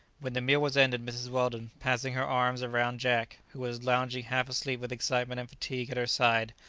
when the meal was ended, mrs. weldon, passing her arms round jack, who was lounging half asleep with excitement and fatigue at her side,